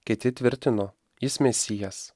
kiti tvirtino jis mesijas